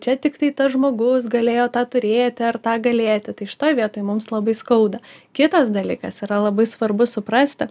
čia tiktai tas žmogus galėjo tą turėti ar tą galėti tai šitoj vietoj mums labai skauda kitas dalykas yra labai svarbu suprasti